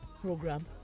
program